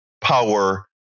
power